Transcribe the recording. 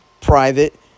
private